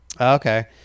Okay